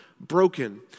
broken